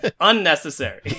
unnecessary